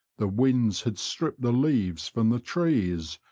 the winds had stripped the leaves from the trees,